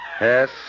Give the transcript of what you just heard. Yes